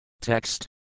TEXT